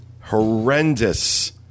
horrendous